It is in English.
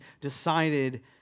decided